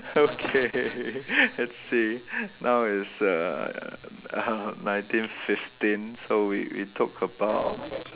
okay let's see now is uh nineteen fifteen so we we took about